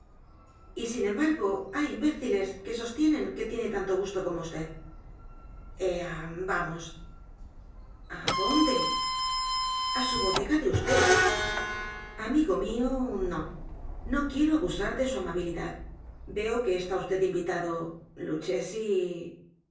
y sin embargo hay imbéciles que sostienen que tiene tanto gusto como vd ea vamos adonde á su bodega de vd amigo mío n o no quiero abusar de su amabili dad veo que está vd invitado lucchesi no